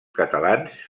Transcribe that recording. catalans